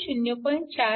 4 ix